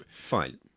fine